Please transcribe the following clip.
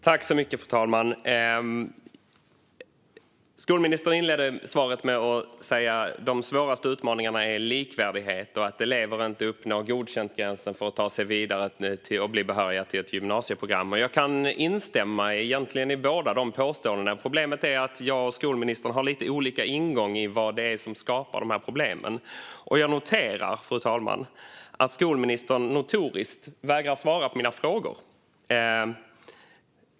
Fru talman! Skolministern inledde svaret med att säga att de svåraste utmaningarna är likvärdighet och att elever inte uppnår gränsen för godkänt och därmed inte tar sig vidare och blir behöriga till ett gymnasieprogram. Jag kan egentligen instämma i båda fallen, men problemet är att jag och skolministern har lite olika ingång när det gäller vad det är som skapar problemen. Jag noterar, fru talman, att skolministern notoriskt vägrar att svara på mina frågor.